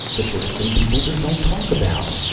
the sort of thing people just don't talk about.